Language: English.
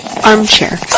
Armchair